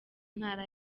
ntara